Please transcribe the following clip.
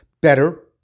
better